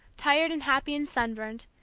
tired and happy and sunburned,